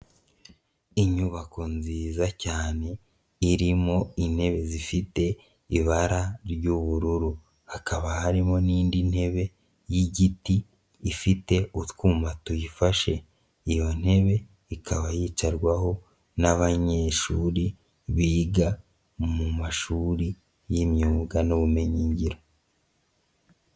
Inyubako nziza cyane iririmo intebe zifite ibara ry'ubururu, hakaba harimo n'indi ntebe y'igiti ifite utwuma tuyifashe, iyo ntebe ikaba yicarwaho n'abanyeshuri biga mu mashuri y'imyuga n'ubumenyingiro.